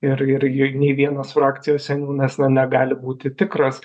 ir ir nei vienas frakcijos seniūnas na negali būti tikras